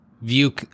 view